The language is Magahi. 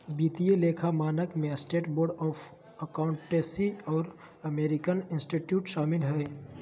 वित्तीय लेखा मानक में स्टेट बोर्ड ऑफ अकाउंटेंसी और अमेरिकन इंस्टीट्यूट शामिल हइ